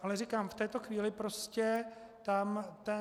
Ale říkám, v této chvíli prostě tam ten...